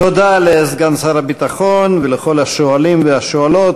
תודה לסגן שר הביטחון ולכל השואלים והשואלות.